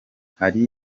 hari